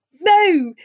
no